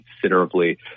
considerably